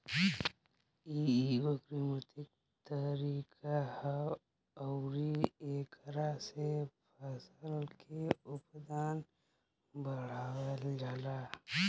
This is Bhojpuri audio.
इ एगो कृत्रिम तरीका ह अउरी एकरा से फसल के उत्पादन बढ़ावल जाला